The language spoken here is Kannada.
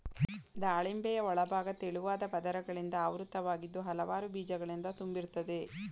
ದಾಳಿಂಬೆಯ ಒಳಭಾಗ ತೆಳುವಾದ ಪದರಗಳಿಂದ ಆವೃತವಾಗಿದ್ದು ಹಲವಾರು ಬೀಜಗಳಿಂದ ತುಂಬಿರ್ತದೆ